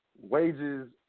Wages